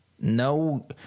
no